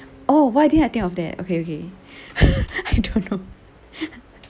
oh why didn't I think of that okay okay I don't know